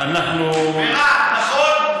נכון?